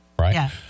right